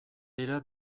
dira